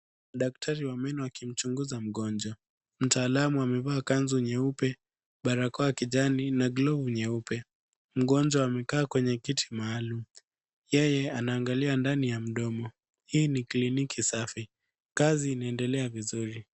Daktari wa meno akimchunguza mgonjwa. Mtaalamu amevaa kanzu nyeupe, barakoa ya kijani na glovu nyeupe. Mgonjwa amekaa kwenye kiti maalum. Yeye anaangalia ndani ya mdomo. Hii ni kliniki safi. Kazi inaendelea vizuri.